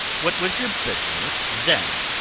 what was your business then?